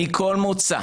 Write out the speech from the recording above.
מכל מוצא,